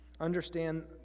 Understand